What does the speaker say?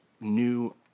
new